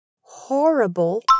horrible